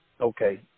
okay